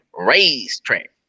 racetrack